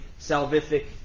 salvific